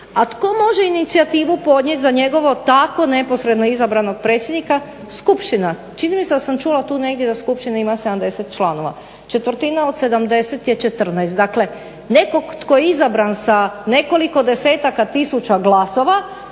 A tko može inicijativu podnijeti za njegovo tako neposredno izabranog predsjednika? Skupština. Čini mi se da sam čula tu negdje da skupština ima 70 članova. Četvrtina od 70 je 14. Dakle, nekog tko je izabran sa nekoliko desetaka tisuća glasova